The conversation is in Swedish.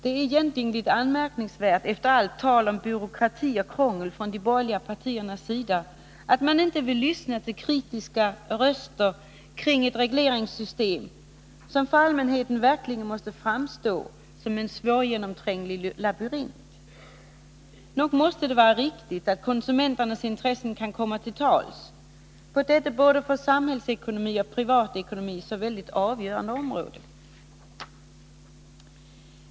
Efter allt tal från de borgerliga partiernas sida om byråkrati och krångel är det egentligen rätt anmärkningsvärt, att man inte vill lyssna till kritiska röster när det gäller ett regleringssystem, som för allmänheten verkligen måste framstå som en svårgenomtränglig labyrint. Nog måste det vara riktigt att konsumenterna kan komma till tals, så att deras intressen beaktas på detta för både samhällsekonomi och privatekonomi så avgörande område.